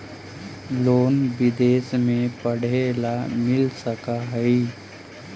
Loan विदेश में पढ़ेला मिल सक हइ?